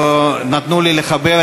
ויצהירו שהם סוכני חוץ, ולא יציגו את